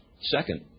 Second